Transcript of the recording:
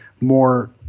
more